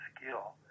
skill